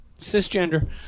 cisgender